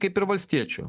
kaip ir valstiečių